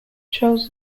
charles